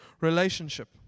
relationship